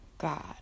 God